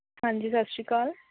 ਹਾਂਜੀ ਸਤਿ ਸ਼੍ਰੀ ਅਕਾਲ